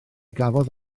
gafodd